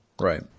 right